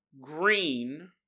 green